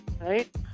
right